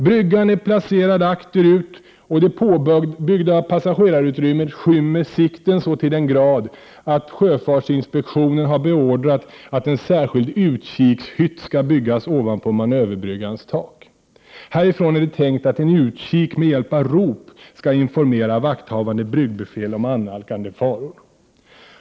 Bryggan är placerad akterut, och det påbyggda passagerarutrymmet skymmer sikten så till den grad att sjöfartsinspektionen har beordrat att en särskild utkikshytt skall byggas ovanpå manöverbryggans tak. Härifrån är det tänkt att en utkik med hjälp av rop skall informera vakthavande bryggbefäl om annalkande faror.